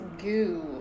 goo